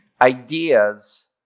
ideas